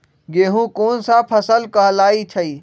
गेहूँ कोन सा फसल कहलाई छई?